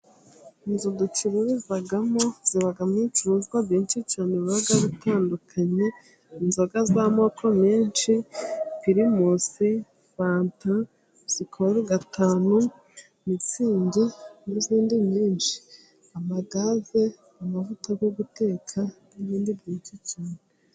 Inzu ducururizamo ,zibamo ibicuruzwa byinshi cyane biba bitandukanye, inzoga z'amoko menshi: pirimusi fanta, sikolu gatanu, mitsingi n'izindi nyinshi:amagaze, amavuta yo guteka n'ibindi byinshi cyane.